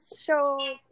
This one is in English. show